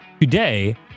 Today